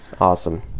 Awesome